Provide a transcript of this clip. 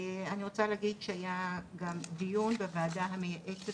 אני רוצה להגיד שהיה גם דיון בוועדה המייעצת